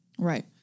Right